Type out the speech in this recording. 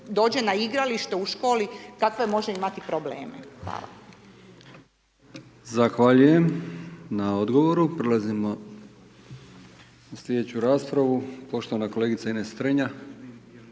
dođe na igralište u školi kakve može imati probleme. Hvala.